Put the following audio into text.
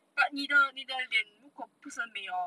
but 你的你的脸不是很美 hor